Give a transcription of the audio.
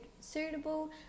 suitable